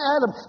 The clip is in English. Adam